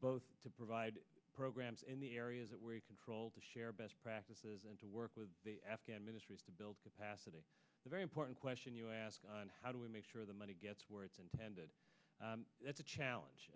both to provide programs in the areas where you control to share best practices and to work with afghan ministries to build capacity the very important question you ask on how do we make sure the money gets where it's intended that's a challenge